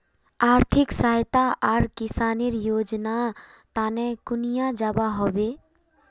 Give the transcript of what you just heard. आर्थिक सहायता आर किसानेर योजना तने कुनियाँ जबा होबे?